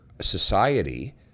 society